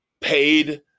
paid